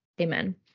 Amen